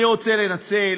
אני רוצה לנצל